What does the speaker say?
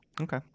Okay